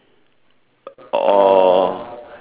or